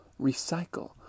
recycle